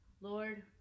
Lord